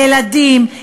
ילדים,